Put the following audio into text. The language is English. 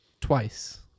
twice